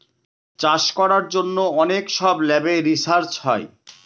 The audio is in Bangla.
চাষ করার জন্য অনেক সব ল্যাবে রিসার্চ হয়